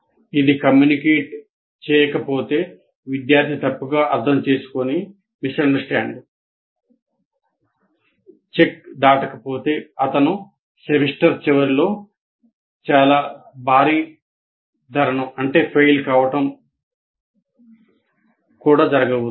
ఇది కమ్యూనికేట్ చేయకపోతే విద్యార్థి తప్పుగా అర్థం చేసుకుని చెల్లిస్తాడు